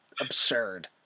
absurd